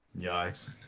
Yikes